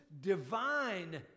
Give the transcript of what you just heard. divine